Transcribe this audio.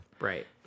Right